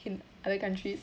in other countries